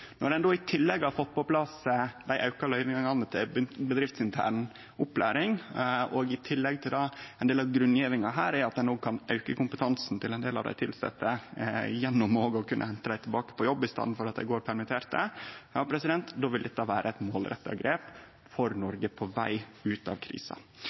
Ein har i tillegg fått på plass auka løyvingar til bedriftsintern opplæring. Ein del av grunngjevinga er at ein kan auke kompetansen til ein del av dei tilsette gjennom å kunne hente dei tilbake på jobb i staden for at dei går permittert. Då vil dette vere eit målretta grep for Noreg på veg ut av